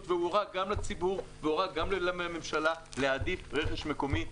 והוא הורה גם לציבור וגם לממשלה להעדיף רכש מקומי,